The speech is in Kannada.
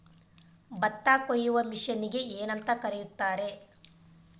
ಭತ್ತ ಕೊಯ್ಯುವ ಮಿಷನ್ನಿಗೆ ಏನಂತ ಕರೆಯುತ್ತಾರೆ?